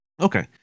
Okay